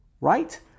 right